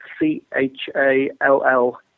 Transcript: C-H-A-L-L